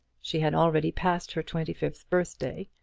she had already passed her twenty-fifth birthday,